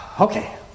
Okay